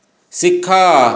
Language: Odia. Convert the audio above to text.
ଶିଖ